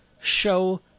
show